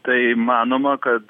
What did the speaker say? tai manoma kad